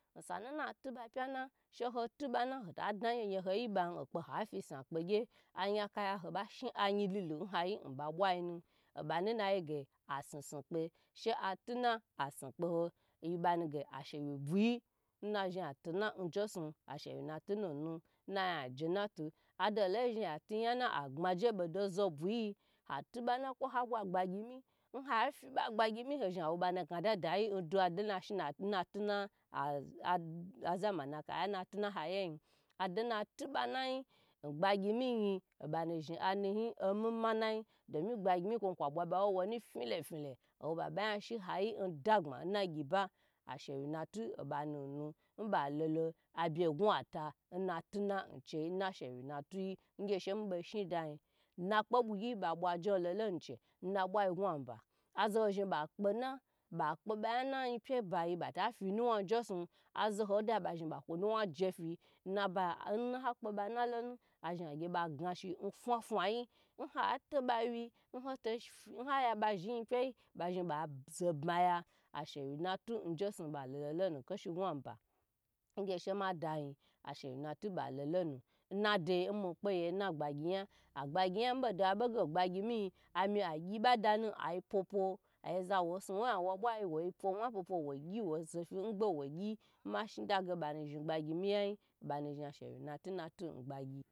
Osanu na tu ba pya na ta zhi ati yaho yaho yin ban hokpe hati sakpegy hayi kaya habashi ba lu lu nu nba bwayi obanu na yi ge asusu kpe she ha tina a sisi kepho agyibanuge ashewy buyi nna zhn ati na nje su nnzdin aje natu adolo odolo ya zhn ya tina ya gbaggyie bodo zo buyi ati'ba na kwa ha bwa gbagyi mi nha bwa gbagyimi obanu gna dadayi ndu ntina azamani kaya na tina hayi yeyi odo na tina n gbagyi miyiye okwo wowo nu file file agye baba ya shiha dagba nnagyiba shiwi natu nba numu nba lolo abye gwa ta nnatina ncheyi na shewo natiyi ngye shemi bu sheda yi nakpe bugyi ba bwa jon lolonu che nna bwa ya gwa ba azoho yin ba kpe na ba kpa baya na bata fi nuwa njesu azohoda ba zhi ba kunuwa da jefi nnaba nha kpe’ ba na lonu ha zhi agy ba gna shi n fa fa yi nhato bawi nho to bawi nha ya ba zhi yipyi ba zhi ba zobaya ashu we natu ba lo lo lonu keshi gwa ba ngye she ma dayi ashewi natu ba lolonu nna de mi kpeye na gbagye ya mi bodaba boge bgbagyi miyi azhi agy bada a pwo pwo aya ngbe wo gye nbanu zhi gbagyi mi yayi